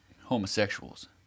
homosexuals